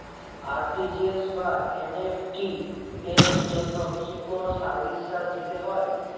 RTGS বা NEFT এর জন্য কি কোনো সার্ভিস চার্জ দিতে হয়?